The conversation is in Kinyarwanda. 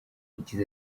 yagize